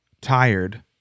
tired